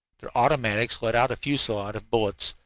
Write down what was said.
their automatics let out a fusillade of bullets.